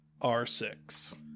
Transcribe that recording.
R6